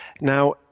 Now